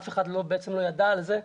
אף אחד לא ידע על זה,